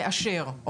לאשר.